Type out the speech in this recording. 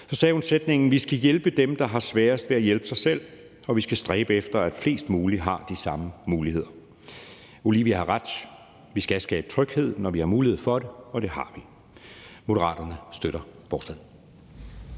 drøftede forslaget: Vi skal hjælpe dem, der har sværest ved at hjælpe sig selv, og vi skal stræbe efter, at flest muligt har de samme muligheder. Olivia har ret. Vi skal skabe tryghed, når vi har mulighed for det, og det har vi. Moderaterne støtter forslaget.